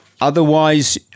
Otherwise